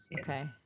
Okay